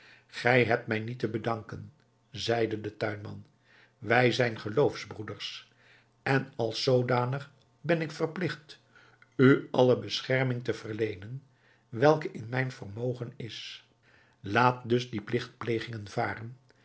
gij hebt mij niet te bedanken zeide de tuinman wij zijn geloofsbroeders en als zoodanig ben ik verpligt u alle bescherming te verleenen welke in mijn vermogen is laat dus die pligtplegingen varen